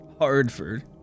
Hardford